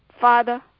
Father